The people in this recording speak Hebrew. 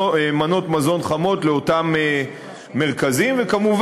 אזרחי, וכבר